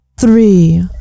Three